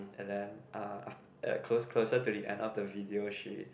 and then ah after closer to the end up the video she